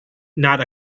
not